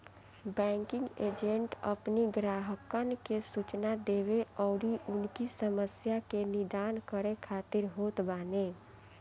banking agent अपनी ग्राहकन के सूचना देवे अउरी उनकी समस्या के निदान करे खातिर होत बाने